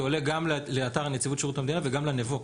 זה עולה גם לאתר נציבות שירות המדינה וגם לנבו.